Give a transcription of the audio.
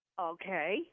Okay